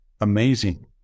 amazing